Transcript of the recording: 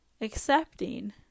accepting